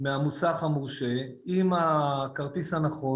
מהמוסך המורשה, עם הכרטיס הנכון.